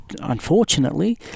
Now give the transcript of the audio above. unfortunately